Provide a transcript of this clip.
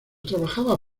trabajaba